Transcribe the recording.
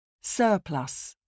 Surplus